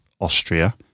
Austria